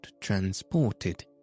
transported